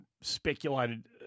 speculated